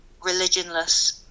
religionless